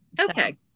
Okay